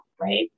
right